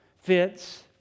fits